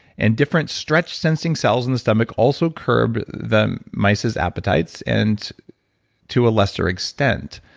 and different stretch sensing cells in the stomach also curb the mice's appetites and to a lesser extent.